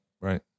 right